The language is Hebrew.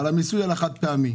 אבל המיסוי על החד פעמי,